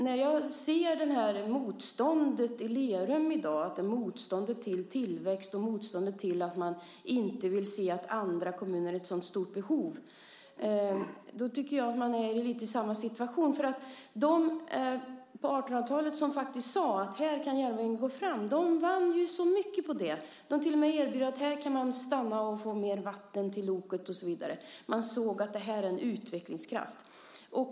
När jag ser det här motståndet i Lerum i dag, motståndet mot tillväxt och motståndet mot att se att andra kommuner är i ett sådant stort behov, tycker jag att man är i lite samma situation. De på 1800-talet som faktiskt sade att här kan järnvägen gå fram vann ju så mycket på det. De till och med erbjöd att här kan man stanna och få mer vatten till loket och så vidare. Man såg att det var en utvecklingskraft.